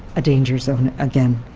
a danger zone again.